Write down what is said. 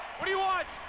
what do you want?